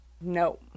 No